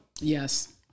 Yes